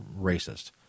racist